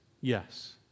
yes